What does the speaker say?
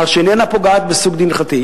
והוא אמר שהיא איננה פוגעת בשום דין הלכתי.